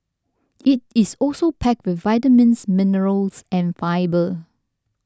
it is also packed with vitamins minerals and fibre